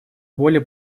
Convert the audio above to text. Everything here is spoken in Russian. более